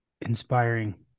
Inspiring